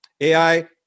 AI